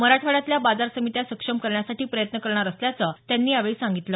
मराठवाड्यातल्या बाजार समित्या सक्षम करण्यासाठी प्रयत्न करणार असल्याचं त्यांनी यावेळी सांगितलं